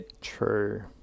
True